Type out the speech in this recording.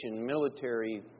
military